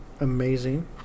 Amazing